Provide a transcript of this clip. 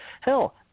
Hell